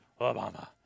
Obama